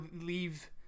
leave